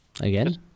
Again